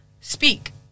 speak